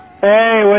Hey